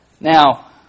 Now